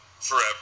forever